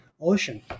Ocean